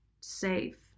safe